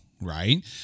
right